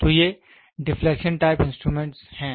तो ये deflection type instrument हैं